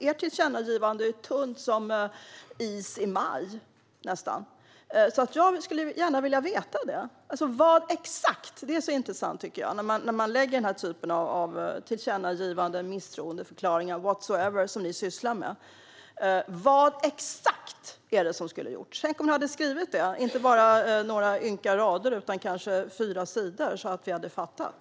Ert tillkännagivande är tunt som is i maj. Det är intressant med de tillkännagivanden, misstroendeförklaringar, whatever som ni sysslar med. Jag skulle vilja veta exakt vad som skulle ha gjorts. Tänk om ni hade skrivit det, inte bara några ynka rader utan i stället fyra sidor så att vi hade fattat.